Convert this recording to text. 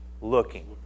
looking